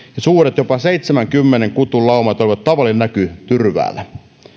suuret jopa seitsemänkymmenen kutun laumat olivat tavallinen näky tyrväällä